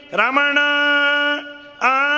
ramana